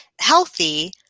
healthy